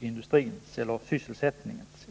industrins eller sysselsättningens.